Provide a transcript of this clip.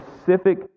specific